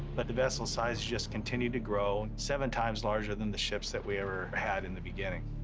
but the vessel sizes just continued to grow, seven times larger than the ships that we ever had in the beginning,